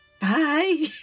Bye